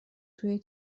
توی